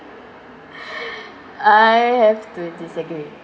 I have to disagree